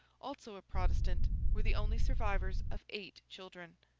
also a protestant, were the only survivors of eight children.